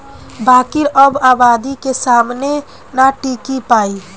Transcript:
बाकिर अब आबादी के सामने ना टिकी पाई